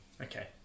Okay